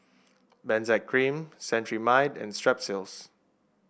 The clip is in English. Benzac Cream Cetrimide and Strepsils